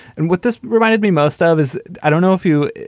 and what this reminded me most of is i don't know if you